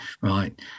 right